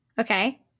Okay